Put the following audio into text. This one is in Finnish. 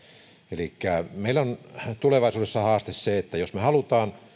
elikkä meillä on tulevaisuudessa haaste se että jos me haluamme